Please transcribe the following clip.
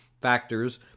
factors